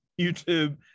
YouTube